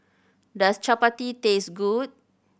does chappati taste good